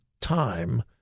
time